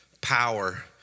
power